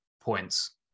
points